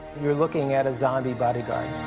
you're looking at a zombie bodyguard.